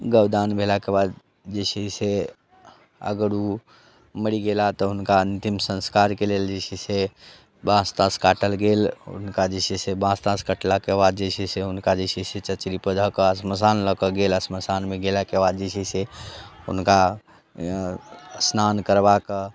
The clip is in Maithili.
गोदान भेलाके बाद जे छै से अगर ऊ मरि गेला तऽ हुनका अंतिम संस्कारके लेल जे छै से बाँस ताँस काटल गेल हुनका जे छै से बाँस ताँस कटलाके बाद जे छै से हुनका जे छै से चचरीपर दऽ कऽ श्मशान लऽ कऽ गेल श्मशानमे गेलाके बाद जे छै से हुनका स्नान करवा कऽ